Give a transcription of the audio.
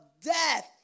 death